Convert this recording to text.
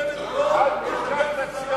היא מאפשרת לאנשים לשבת פה ולדבר סרה במדינת ישראל.